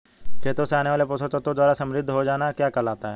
खेतों से आने वाले पोषक तत्वों द्वारा समृद्धि हो जाना क्या कहलाता है?